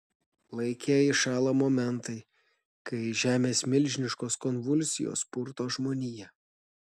laike įšąla momentai kai žemės milžiniškos konvulsijos purto žmoniją